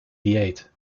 dieet